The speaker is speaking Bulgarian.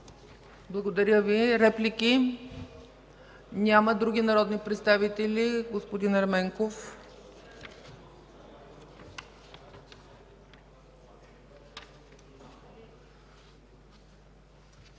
Благодаря Ви. Реплики? Няма. Други народни представители? Господин Ерменков. ТАСКО